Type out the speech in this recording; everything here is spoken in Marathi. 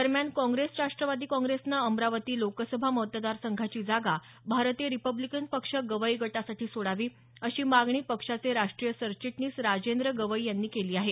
दरम्यान काँग्रेस राष्ट्रवादी काँग्रेसनं अमरावती लोकसभा मतदारसंघाची जागा भारतीय रिपब्लिकन पक्ष गवई गटासाठी सोडावी अशी मागणी पक्षाचे राष्ट्रीय सरचिटणीस राजेंद्र गवई यांनी केली आहे